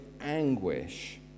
anguish